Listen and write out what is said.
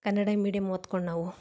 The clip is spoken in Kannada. ಕನ್ನಡ ಮೀಡಿಯಮ್ ಓದ್ಕೊಂಡು ನಾವು